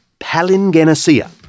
palingenesia